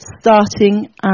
starting